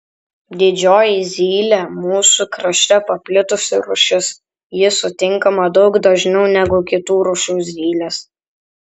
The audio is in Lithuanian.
didžioji zylė mūsų krašte paplitusi rūšis ji sutinkama daug dažniau negu kitų rūšių zylės